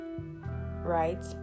right